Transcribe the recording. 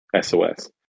SOS